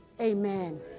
amen